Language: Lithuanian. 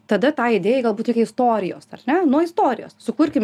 tada tai idėjai galbūt reikia istorijos ar ne nuo istorijos sukurkim